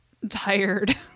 Tired